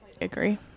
Agree